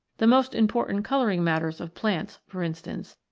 the most important colouring matters of plants, for instance,